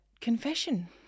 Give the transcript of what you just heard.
confession